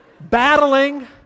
battling